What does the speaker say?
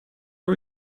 are